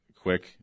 Quick